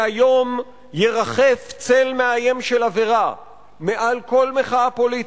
מהיום ירחף צל מאיים של עבירה מעל כל מחאה פוליטית,